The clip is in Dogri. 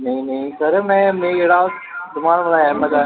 नेईं नेईं सर में ओह् जेह्ड़ा